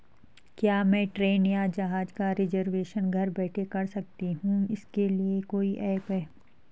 क्या मैं ट्रेन या जहाज़ का रिजर्वेशन घर बैठे कर सकती हूँ इसके लिए कोई ऐप है?